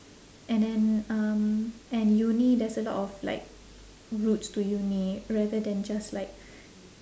and then um and uni there's a lot of like routes to uni rather than just like